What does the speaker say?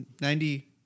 ninety